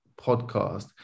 podcast